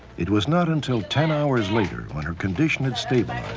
it was not until ten hours later, when her condition had stabilized,